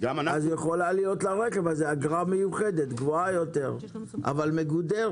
יכולה להיות לרכב הזה אגרה מיוחדת גבוהה יותר אבל מגודרת.